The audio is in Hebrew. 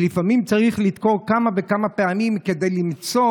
לפעמים צריך לדקור כמה וכמה פעמים כדי למצוא